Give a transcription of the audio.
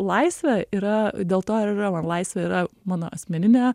laisvė yra dėl to ir yra man laisvė yra mano asmeninė